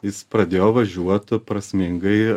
jis pradėjo važiuot prasmingai